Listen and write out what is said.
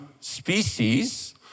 species